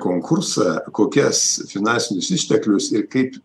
konkursą kokias finansinius išteklius ir kaip